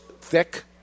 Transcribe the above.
thick